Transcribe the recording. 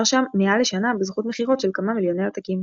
שם מעל לשנה בזכות מכירות של כמה מיליוני עותקים.